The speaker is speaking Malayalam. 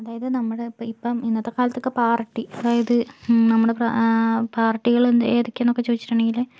അതായത് നമ്മുടെ ഇപ്പം ഇപ്പം ഇന്നത്തെ കാലത്തോക്കെ പാർട്ടി അതായത് നമ്മുടെ പാർട്ടികൾ ഏതൊക്കെന്നൊക്കെ ചോദിച്ചിട്ടുണ്ടെങ്കിൽ